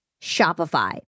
Shopify